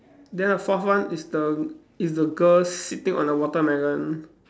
then the fourth one is the is the girl sitting on the watermelon